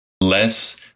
less